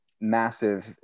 massive